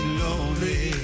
lonely